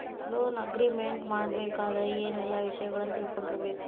Loan agreement ಮಾಡ್ಬೆಕಾದ್ರ ಏನೆಲ್ಲಾ ವಿಷಯಗಳನ್ನ ತಿಳ್ಕೊಂಡಿರ್ಬೆಕು?